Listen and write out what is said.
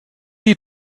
die